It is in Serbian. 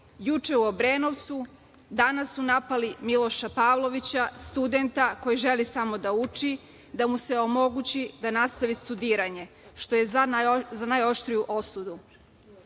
Juče u Obrenovcu, danas su napali Miloša Pavlovića, studenta, koji želi samo da uči, da mu se omogući da nastavi studiranje, što je za najoštriju osudu. Država